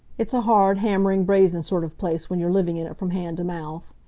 it's a hard, hammering, brazen sort of place when you're living in it from hand to mouth.